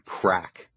crack